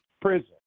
prison